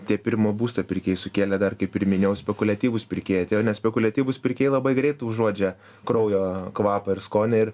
tie pirmo būsto pirkėjai sukėlė dar kaip ir minėjau spekuliatyvūs pirkėjai atėjo nes spekuliatyvūs pirkėjai labai greit užuodžia kraujo kvapą ir skonį ir